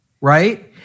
right